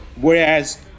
whereas